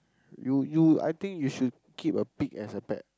you you I think you should keep a pig as a pet